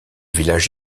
village